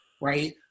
right